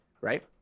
right